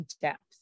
depth